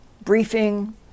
briefing